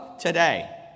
today